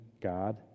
God